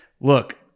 look